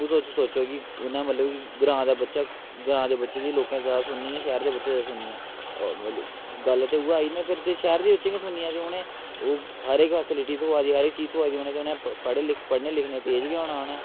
तुस खुद सोचो कि उ'नें मतलब कि ग्रांऽ दा बच्चा ग्रांऽ दे बच्चे दी लोकें जैदा सुननी जां शैह्र दे बच्चे दी सुननी ऐ गल्ल ते उ'ऐ आई ना फिर ते शैह्र दे बच्चे दी गै सुननी ऐ ते उ'नें ओह् हर इक फेस्लिटी थ्होआ दी हर इक चीज थ्होआ दी ते उ'नें गी पढ़े लिखे पढ़ने लिखने गी तेज गै होना उ'नें